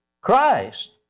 Christ